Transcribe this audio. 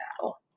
battle